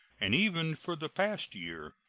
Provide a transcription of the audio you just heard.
and even for the past year.